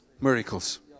Miracles